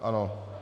Ano.